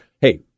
hey